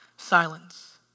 Silence